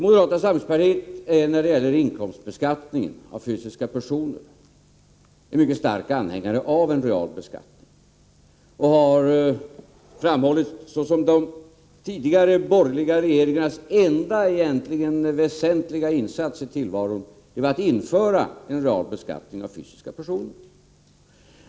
Moderata samlingspartiet är, när det gäller inkomstbeskattning av fysiska personer, en stark anhängare av en real beskattning, och man har framhållit såsom de tidigare borgerliga regeringarnas egentligen enda väsentliga insats i tillvaron att de införde real beskattning av fysiska personer.